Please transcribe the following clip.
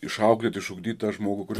išauklėt išugdyt tą žmogų kuris